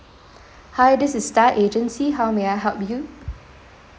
hi this is star agency how may I help you